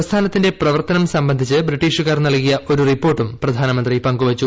പ്രസ്ഥാനത്തിന്റെ പ്രവർത്തനം സംബന്ധിച്ച് ബ്രിട്ടീഷുകാർ നൽകിയ ഒരു റിപ്പോർട്ടും പ്രധാനമന്ത്രി പങ്കുവച്ചു